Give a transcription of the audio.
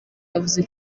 yavuze